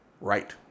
right